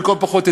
לכל הפחות,